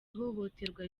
ihohoterwa